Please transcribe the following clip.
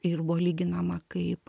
ir buvo lyginama kaip